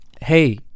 hey